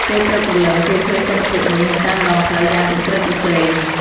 ពេលព្រឹកព្រលឹមគេឃើញទិដ្ឋភាពនេះនៅតាមដងផ្លូវយ៉ាងគគ្រឹកគគ្រេង។